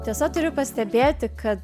tiesa turiu pastebėti kad